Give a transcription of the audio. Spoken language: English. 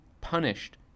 punished